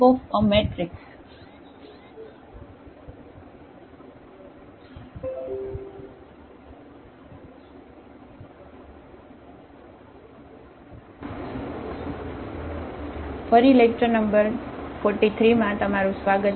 43માં તમારું સ્વાગત છે